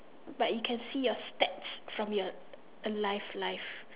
but you can see your stats from your alive life